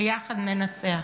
ביחד ננצח.